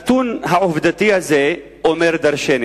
הנתון העובדתי הזה אומר דורשני.